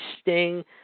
Sting